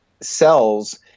cells